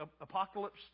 apocalypse